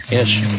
Yes